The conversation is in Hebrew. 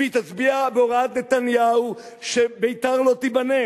היא תצביע בהוראת נתניהו שביתר לא תיבנה,